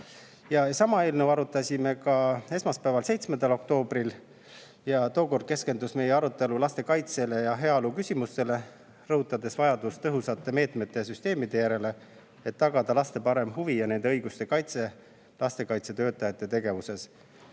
Sama eelnõu arutasime ka esmaspäeval, 7. oktoobril. Tookord keskendus meie arutelu laste kaitse ja heaolu küsimustele, rõhutades vajadust tõhusate meetmetega süsteemide järele, et tagada suurem huvi lastekaitsetöötajate tegevuse